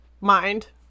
mind